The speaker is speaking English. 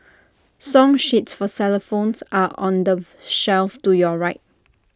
song sheets for xylophones are on the shelf to your right